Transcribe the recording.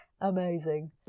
amazing